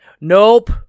Nope